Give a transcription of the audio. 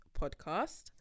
podcast